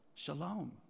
Shalom